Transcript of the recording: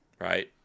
right